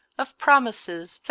of promises,